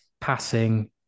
passing